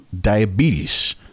diabetes